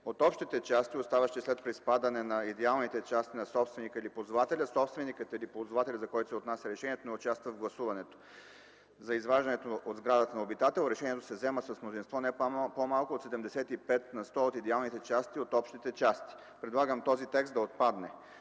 от общите части, оставащи след приспадане на идеалните части на собственика или ползвателя; собственикът или ползвателят, за когото се отнася решението, не участва в гласуването; за изваждането от сградата на обитател, решението се взема с мнозинство не по-малко от 75 на сто от идеалните части от общите части” да отпадне,